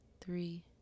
three